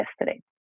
yesterday